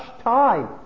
time